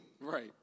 Right